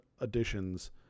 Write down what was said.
additions